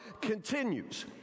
continues